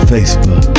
Facebook